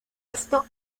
esto